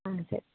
ಹಾಂ ಸರಿ